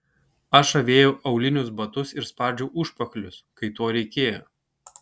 aš avėjau aulinius batus ir spardžiau užpakalius kai to reikėjo